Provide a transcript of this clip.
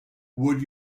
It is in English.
would